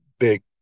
big